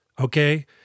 Okay